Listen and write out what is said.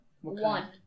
One